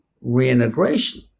reintegration